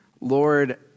Lord